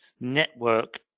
network